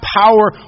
power